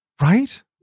Right